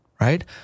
right